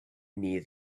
near